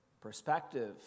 perspective